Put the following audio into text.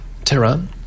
Tehran